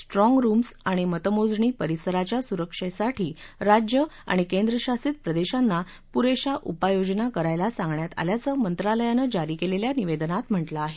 strong rooms आणि मतमोजणी परिसराच्या सुरक्षेसाठी राज्ये आणि केंद्रशासित प्रदेशांना पुरेशा उपाययोजना करायला सांगण्यात आल्याचं मंत्रालयानं जारी केलेल्या निवेदनात म्हा कें आहे